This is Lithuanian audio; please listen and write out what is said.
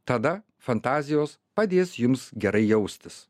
tada fantazijos padės jums gerai jaustis